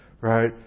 right